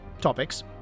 topics